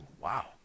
wow